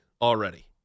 already